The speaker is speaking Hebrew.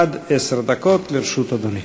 עד עשר דקות לרשות אדוני.